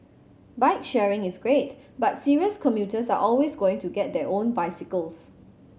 bike sharing is great but serious commuters are always going to get their own bicycles